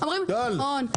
אומרים נכון,